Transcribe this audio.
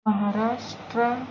Maharashtra